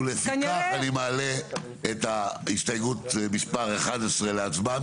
לפיכך אני מעלה הסתייגות מס' 11 להצבעה.